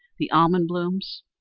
the almond blooms,